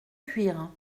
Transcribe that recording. cuire